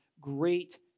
great